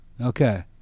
Okay